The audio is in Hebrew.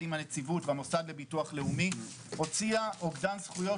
עם הנציבות והמוסד לביטוח לאומי הוציאה אוגדן זכויות